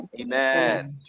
amen